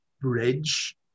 bridge